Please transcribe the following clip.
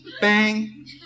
bang